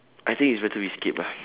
I think it's better we skip lah